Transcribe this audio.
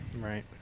Right